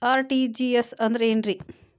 RTGS ಅಂದ್ರ ಏನ್ರಿ?